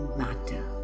matter